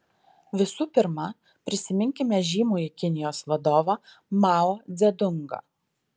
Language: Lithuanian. visų pirma prisiminkime žymųjį kinijos vadovą mao dzedungą